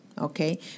okay